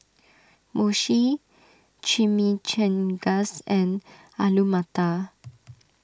Mochi Chimichangas and Alu Matar